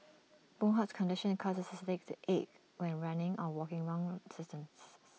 boon Hock's condition causes his legs to ache when running or walking wrong distances